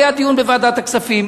היה דיון בוועדת הכספים,